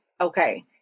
Okay